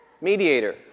mediator